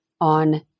on